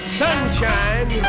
sunshine